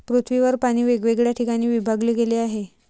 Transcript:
पृथ्वीवर पाणी वेगवेगळ्या ठिकाणी विभागले गेले आहे